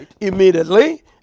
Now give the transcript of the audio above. immediately